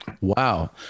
Wow